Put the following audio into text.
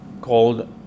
called